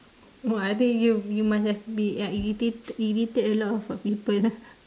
!wah! I think you you must have be irritated irritate a lot of uh people ah